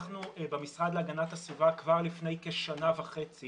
אנחנו במשרד להגנת הסביבה כבר לפני כשנה וחצי